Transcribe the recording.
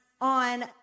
on